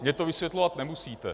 Mně to vysvětlovat nemusíte.